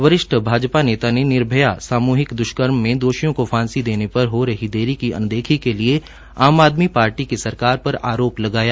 वरिष्ठ भाजपा नेता ने निर्भया सामूहिक द्वष्कर्म में दोषियों को फांसी देने पर हो रही देरी की अनदेखी के लिए आम आदमी पार्टी की सरकार पर आरोप लगाया